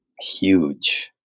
huge